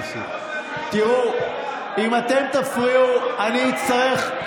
תראו, אם אתם תפריעו אני אצטרך,